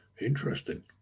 interesting